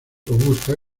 robusta